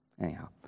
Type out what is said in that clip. Anyhow